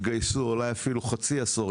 ואולי אפילו חצי עשור,